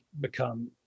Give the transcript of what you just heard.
become